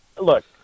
Look